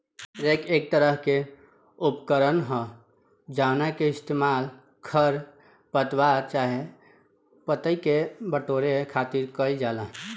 rake एक तरह के उपकरण ह जावना के इस्तेमाल खर पतवार चाहे पतई के बटोरे खातिर कईल जाला